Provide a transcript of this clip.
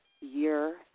year